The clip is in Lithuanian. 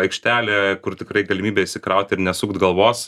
aikštelė kur tikrai galimybė įsikrauti ir nesukt galvos